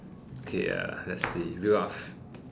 okay uh let's see